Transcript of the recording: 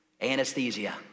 Anesthesia